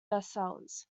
bestsellers